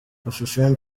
afrifame